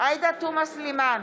עאידה תומא סלימאן,